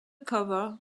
cover